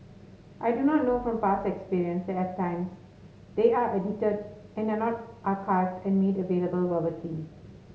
I do not know from past experience that at times they are edited and are not archived and made available verbatim